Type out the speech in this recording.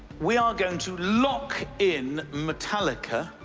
we are going to lock in metallica.